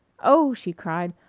oh! she cried,